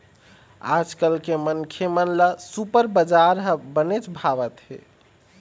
आजकाल के मनखे मन ल सुपर बजार ह बनेच भावत हे